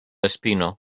espino